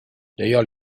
d’ailleurs